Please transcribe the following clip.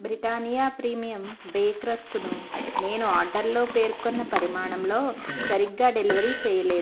Britannia premium bake రస్కుని నేను ఆర్డర్లో పేర్కొన్న పరిమాణంలో సరిగ్గా డెలివరీ చేయలేదు